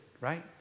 right